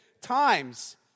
times